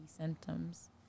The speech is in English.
symptoms